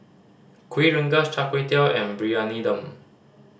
Kuih Rengas Char Kway Teow and Briyani Dum